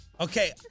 Okay